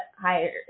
higher